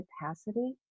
capacity